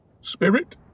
spirit